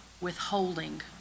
withholding